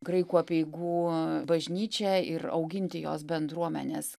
graikų apeigų bažnyčią ir auginti jos bendruomenes